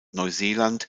neuseeland